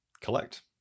collect